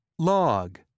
log